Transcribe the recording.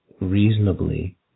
reasonably